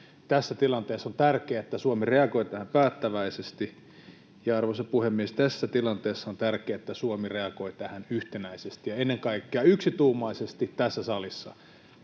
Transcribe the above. tässä tilanteessa on tärkeää, että Suomi reagoi tähän päättäväisesti ja, arvoisa puhemies, tässä tilanteessa on tärkeää, että Suomi reagoi tähän yhtenäisesti ja ennen kaikkea yksituumaisesti tässä salissa.